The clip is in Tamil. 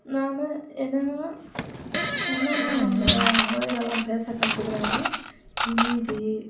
நான் என்னன்னா என்னன்னா நம்ப மொழில எல்லாம் பேசக் கற்றுக்குறாங்க ஹிந்தி